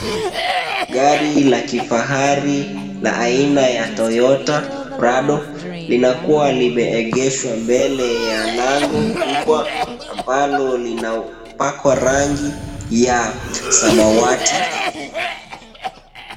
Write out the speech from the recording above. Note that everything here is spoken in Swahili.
Gari la Kifahari la aina ya Toyota Prado linakuwa limeegeshwa mbele ya lango kubwa ambalo linapakwa rangi ya samawati.